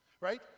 right